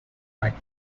right